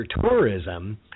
tourism